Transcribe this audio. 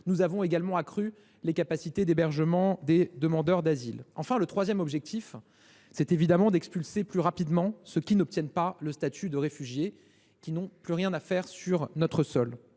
Nous avons également accru les capacités d’hébergement des demandeurs d’asile. Notre troisième objectif est d’expulser plus rapidement ceux qui n’obtiennent pas le statut de réfugié et qui n’ont plus rien à faire sur notre sol.